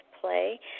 play